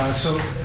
so,